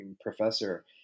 professor